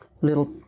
little